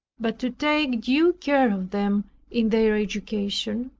but to take due care of them in their education?